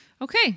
Okay